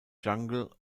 jungle